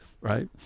right